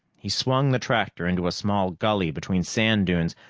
he swung the tractor into a small gulley between sand dunes,